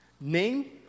Name